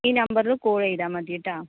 ഈ നമ്പറില് കോളെയ്താൽ മതി കെട്ടോ